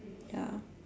ya